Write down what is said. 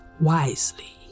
wisely